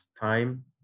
time